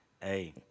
Hey